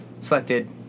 selected